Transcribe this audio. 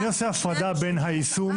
אני עושה הפרדה בין היישום,